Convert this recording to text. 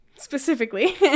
specifically